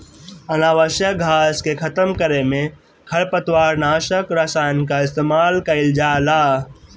अनावश्यक घास के खतम करे में खरपतवार नाशक रसायन कअ इस्तेमाल कइल जाला